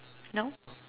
no